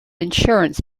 insurance